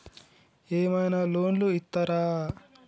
ఏమైనా లోన్లు ఇత్తరా?